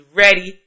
ready